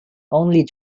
only